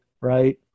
right